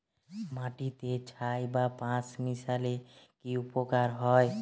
মাটিতে ছাই বা পাঁশ মিশালে কি উপকার হয়?